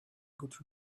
good